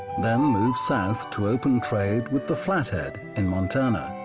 then move south to open trade with the flathead in montana.